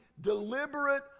deliberate